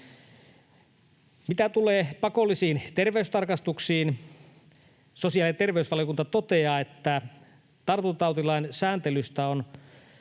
Mitä tulee pakollisiin terveystarkastuksiin, sosiaali- ja terveysvaliokunta toteaa, että tartuntatautilain sääntelyssä on